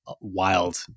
wild